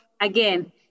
again